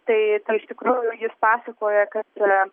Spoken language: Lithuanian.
tai tai iš tikrųjų jis pasakoja kad